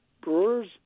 Brewers